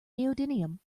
neodymium